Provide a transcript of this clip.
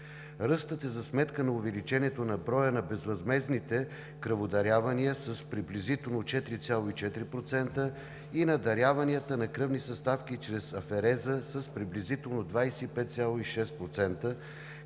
Ръстът е за сметка на увеличението на броя на безвъзмездните кръводарявания с приблизително 4,4% и на даряванията на кръвни съставки чрез афереза с приблизително 25,6%,